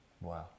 Wow